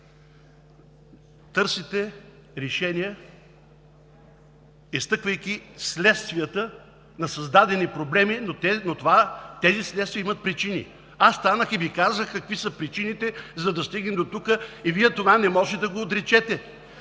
търсите решение, изтъквайки следствията на създадените проблеми, но тези следствия имат причини. Аз станах и Ви казах какви са причините, за да стигнем дотук и Вие това не можете да го отречете.